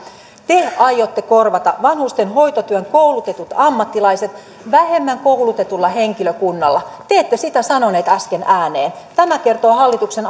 te aiotte korvata vanhusten hoitotyön koulutetut ammattilaiset vähemmän koulutetulla henkilökunnalla te ette sitä sanonut äsken ääneen tämä kertoo hallituksen